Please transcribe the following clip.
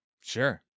Sure